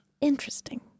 Interesting